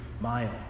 mile